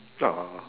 !aww!